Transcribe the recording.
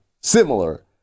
similar